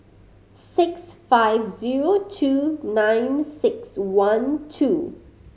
six five zero two nine six one two